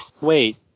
wait